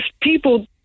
people